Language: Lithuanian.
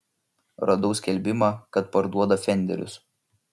radau skelbimą kad parduoda fenderius